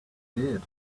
did